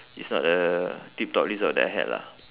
it's not a tip top result that I had lah